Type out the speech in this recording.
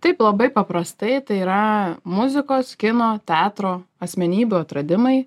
taip labai paprastai tai yra muzikos kino teatro asmenybių atradimai